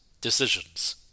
decisions